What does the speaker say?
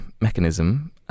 mechanism